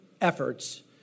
efforts